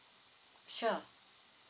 sure